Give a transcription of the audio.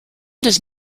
does